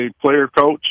player-coach